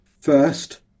first